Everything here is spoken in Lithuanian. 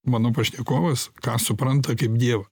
mano pašnekovas ką supranta kaip diev